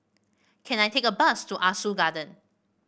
can I take a bus to Ah Soo Garden